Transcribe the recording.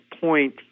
point